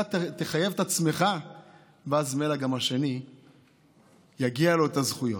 אתה תחייב את עצמך ואז ממילא גם השני יגיעו לו הזכויות.